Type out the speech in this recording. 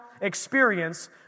experience